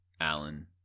Allen